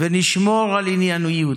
ונשמור על ענייניות.